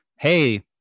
Hey